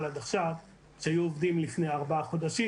עד עכשיו כפי שהיו עובדים לפני ארבעה חודשים,